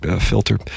filter